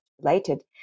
related